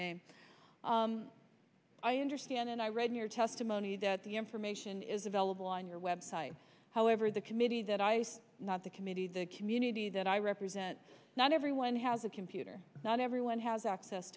name i understand and i read in your testimony that the information is available on your web site however the committee that i have not the committee the community that i represent not everyone has a computer not everyone has access